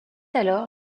alors